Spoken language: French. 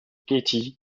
kathy